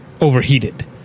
overheated